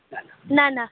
न न